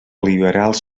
liberals